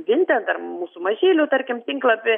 vinted ar mūsų mažylių tarkim tinklapį